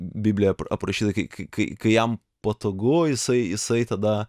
biblija aprašyta kai kai kai jam potagu jisai jisai tada